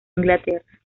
inglaterra